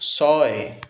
ছয়